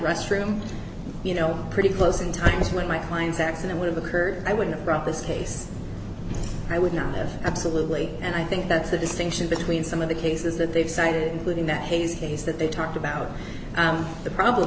restroom you know pretty close in times when my client's ex and i would have occurred i would not brought this case i would not have absolutely and i think that's a distinction between some of the cases that they've cited including that hayes case that they talked about the problem